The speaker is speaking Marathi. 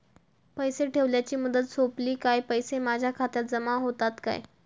पैसे ठेवल्याची मुदत सोपली काय पैसे माझ्या खात्यात जमा होतात काय?